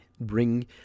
bring